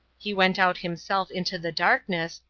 he went out himself into the darkness,